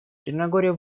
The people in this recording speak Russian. черногория